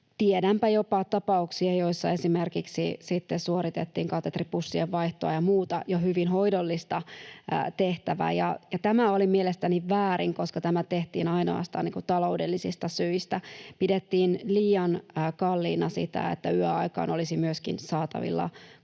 Tiedänpä jopa tapauksia, joissa esimerkiksi sitten suoritettiin katetripussien vaihtoa ja muuta jo hyvin hoidollista tehtävää, ja tämä oli mielestäni väärin, koska tämä tehtiin ainoastaan taloudellisista syistä. Pidettiin liian kalliina sitä, että yöaikaan olisi myöskin saatavilla kotipalvelua.